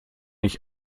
ich